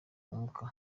mwaka